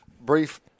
brief